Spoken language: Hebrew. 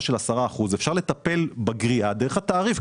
של 10% - אפשר לטפל בגריעה דרך התעריף,